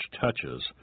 touches